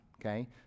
okay